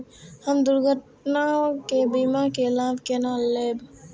हम दुर्घटना के बीमा के लाभ केना लैब?